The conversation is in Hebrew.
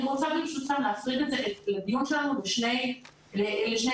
אני רוצה ברשותכם להפריד את הדיון שלנו לשני תחומים.